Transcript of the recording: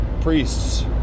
priests